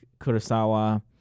Kurosawa